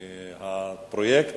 עולה כי פרויקט